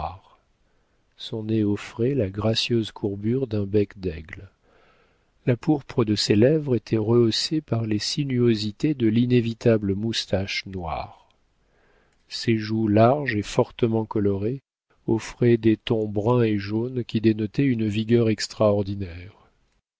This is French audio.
son nez offrait la gracieuse courbure d'un bec d'aigle la pourpre de ses lèvres était rehaussée par les sinuosités de l'inévitable moustache noire ses joues larges et fortement colorées offraient des tons bruns et jaunes qui dénotaient une vigueur extraordinaire